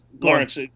Lawrence